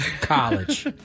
college